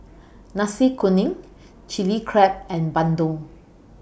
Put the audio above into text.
Nasi Kuning Chili Crab and Bandung